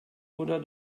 oder